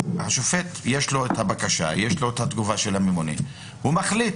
אז לשופט יש את הבקשה ויש לו את התגובה של הממונה והוא מחליט.